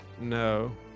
No